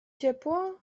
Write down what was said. ciepło